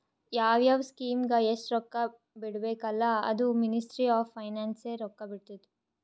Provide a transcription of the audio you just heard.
ಯಾವ್ ಯಾವ್ ಸ್ಕೀಮ್ಗ ಎಸ್ಟ್ ರೊಕ್ಕಾ ಬಿಡ್ಬೇಕ ಅಲ್ಲಾ ಅದೂ ಮಿನಿಸ್ಟ್ರಿ ಆಫ್ ಫೈನಾನ್ಸ್ ಎ ರೊಕ್ಕಾ ಬಿಡ್ತುದ್